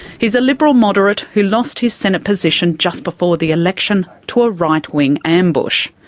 he's a liberal moderate who lost his senate position just before the election to a right-wing ambush.